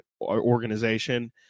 organization